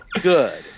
good